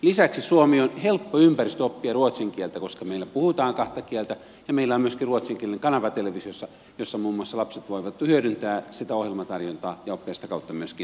lisäksi suomi on helppo ympäristö oppia ruotsin kieltä koska meillä puhutaan kahta kieltä ja meillä on myöskin ruotsinkielinen kanava televisiossa ja muun muassa lapset voivat hyödyntää sitä ohjelmatarjontaa ja oppia sitä kautta myöskin ruotsin kieltä